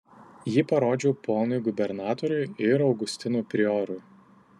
jį parodžiau ponui gubernatoriui ir augustinų priorui